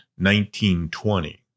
1920